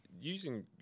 using